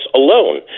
alone